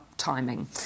Timing